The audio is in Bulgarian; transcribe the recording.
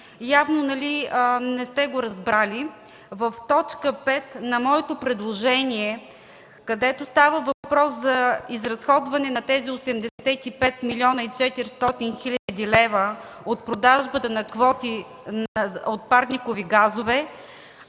явно не сте го разбрали. В т. 5 на моето предложение, където става въпрос за изразходване на тези 85 млн. 400 хил. лв. от продажбата на квоти от парникови газове,